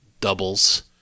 doubles